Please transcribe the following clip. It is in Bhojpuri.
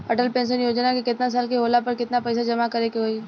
अटल पेंशन योजना मे केतना साल के होला पर केतना पईसा जमा करे के होई?